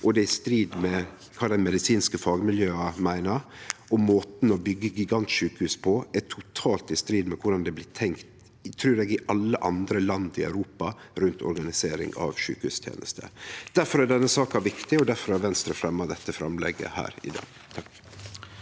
Det er i strid med kva dei medisinske fagmiljøa meiner, og måten å byggje gigantsjukehus på er totalt i strid med korleis det blir tenkt – trur eg – i alle andre land i Europa rundt organisering av sjukehustenester. Difor er denne saka viktig, og difor har Venstre fremja dette framlegget. Presidenten